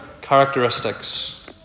characteristics